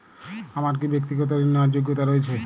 আমার কী ব্যাক্তিগত ঋণ নেওয়ার যোগ্যতা রয়েছে?